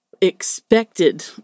expected